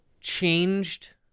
changed